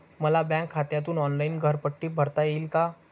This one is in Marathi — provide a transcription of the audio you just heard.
मला बँक खात्यातून ऑनलाइन घरपट्टी भरता येईल का?